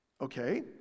Okay